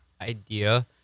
idea